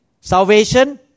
salvation